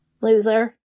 Loser